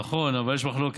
נכון, אבל יש מחלוקת.